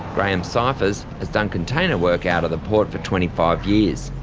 graeme ciphers has done container work out of the port for twenty five years.